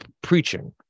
preaching